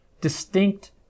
distinct